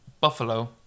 Buffalo